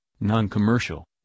Non-Commercial